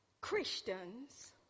Christians